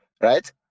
right